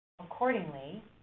Accordingly